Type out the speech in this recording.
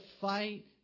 fight